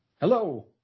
Hello